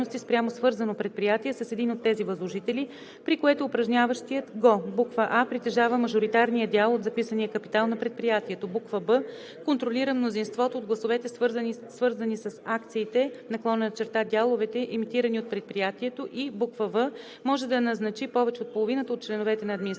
и в) може да назначи повече от половината от членовете на административния,